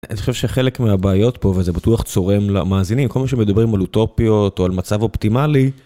אני חושב שחלק מהבעיות פה וזה בטוח צורם למאזינים, כל פעם שמדברים על אוטופיות או על מצב אופטימלי.